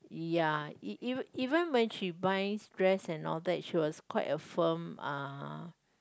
ya e~ even when she buys dress and all that she was quite a firm uh